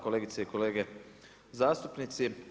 Kolegice i kolege zastupnici.